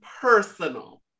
personal